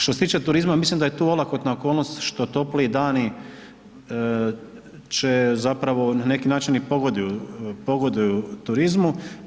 Što se tiče turizma, mislim da je tu olakotna okolnost što topliji dani, će zapravo na neki način i pogoduju turizmu.